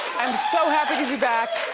i'm so happy to be back.